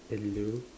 hello